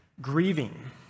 grieving